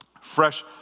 Fresh